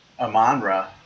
Amonra